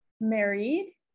married